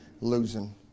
losing